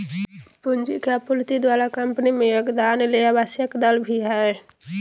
पूंजी के आपूर्ति द्वारा कंपनी में योगदान ले आवश्यक दर भी हइ